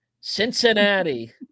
Cincinnati